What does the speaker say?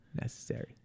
necessary